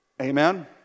amen